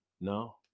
No